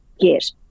get